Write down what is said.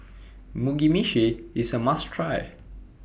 Mugi Meshi IS A must Try